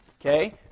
Okay